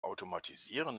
automatisieren